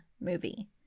movie